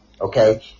Okay